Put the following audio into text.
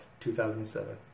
2007